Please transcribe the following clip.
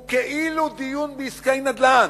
הוא כאילו דיון בעסקי נדל"ן,